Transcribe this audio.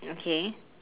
okay